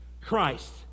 Christ